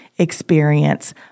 Experience